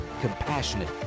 compassionate